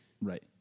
Right